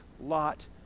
lot